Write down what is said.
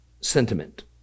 sentiment